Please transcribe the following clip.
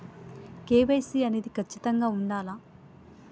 KYC అనేది ఖచ్చితంగా ఉండాలా?